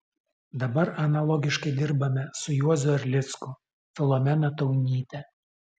dabar analogiškai dirbame su juozu erlicku filomena taunyte